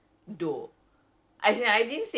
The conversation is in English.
that's that's the thing sia